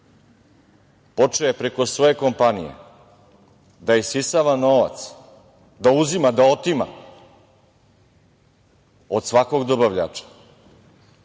Počeo je preko svoje kompanije da isisava novac, da uzima, da otima od svakog dobavljača,